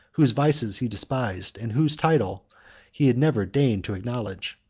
whose vices he despised, and whose title he had never deigned to acknowledge.